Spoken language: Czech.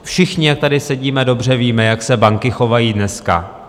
Všichni, jak tady sedíme, dobře víme, jak se banky chovají dneska.